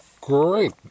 Great